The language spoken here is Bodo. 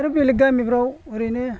आरो बेलेख गामिफ्राव एरैनो